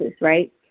right